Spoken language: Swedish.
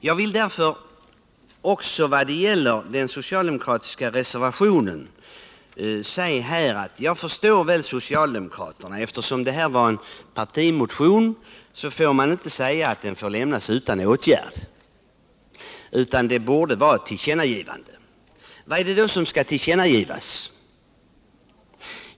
Jag vill när det gäller den socialdemokratiska reservationen säga att jag förstår socialdemokraterna. Eftersom motionen 1274 var en partimotion kunde man inte säga att den fick lämnas utan åtgärd, utan det borde vara ett tillkännagivande. Vad är det då som skall tillkännages?